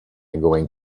going